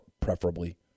preferably